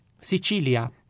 Sicilia